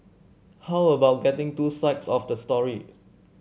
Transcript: how about getting two sides of the stories